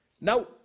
Now